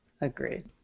Agreed